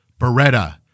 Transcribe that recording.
Beretta